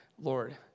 Lord